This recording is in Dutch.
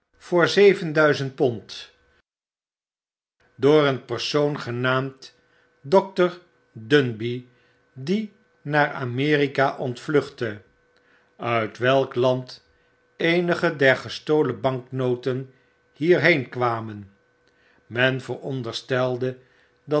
zevenduizend pond door een persoon genaamd dr dundey die naar amerika ontvluchtte uit welk land eenige der gestolen banknoten hierheen kwamen men veronderstelde dat